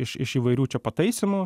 iš iš įvairių čia pataisymų